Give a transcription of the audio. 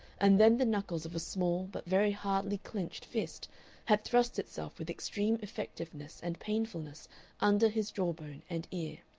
and then the knuckles of a small but very hardly clinched fist had thrust itself with extreme effectiveness and painfulness under his jawbone and ear.